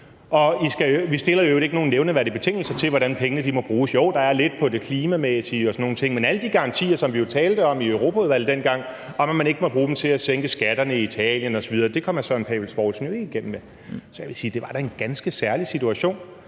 vi stiller i øvrigt ikke nogen nævneværdige betingelser til, hvordan pengene må bruges. Jo, der er lidt i forhold til det klimamæssige og sådan nogle ting, men alle de garantier, som vi jo talte om i Europaudvalget dengang, om, at man ikke måtte bruge dem til at sænke skatterne i Italien osv., kom hr. Søren Pape Poulsen jo ikke igennem med. Så jeg vil da sige, at det var en ganske særlig situation,